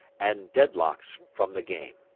and deadlocks from the game.